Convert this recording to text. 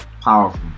Powerful